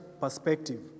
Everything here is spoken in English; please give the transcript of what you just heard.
perspective